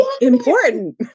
important